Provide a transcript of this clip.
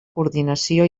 coordinació